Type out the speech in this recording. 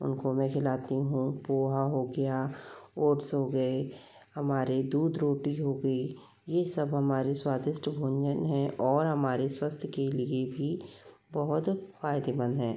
उनको मैं खिलाती हूँ पोहा हो गया ओट्स हो गये हमारे दूध रोटी हो गई यह सब हमारे स्वादिष्ट भोजन है और हमारे स्वस्थ के लिए भी बहुत फायदेमंद है